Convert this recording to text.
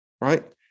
right